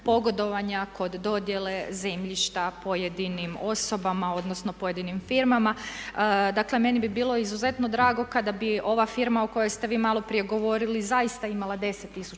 pogodovanja kod dodjele zemljišta pojedinim osobama, odnosno pojedinim firmama. Dakle, meni bi bilo izuzetno drago kada bi ova firma o kojoj ste vi maloprije govorila zaista imala 10